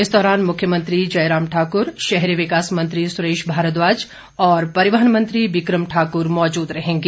इस दौरान मुख्यमंत्री जयराम ठाक्र शहरी विकास मंत्री सुरेश भारद्वाज और परिवहन मंत्री बिक्रम ठाक्र मौजूद रहेंगे